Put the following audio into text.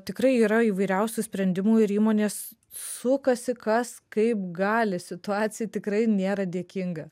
tikrai yra įvairiausių sprendimų ir įmonės sukasi kas kaip gali situacija tikrai nėra dėkinga